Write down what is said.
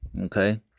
okay